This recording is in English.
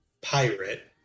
pirate